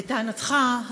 לטענתך,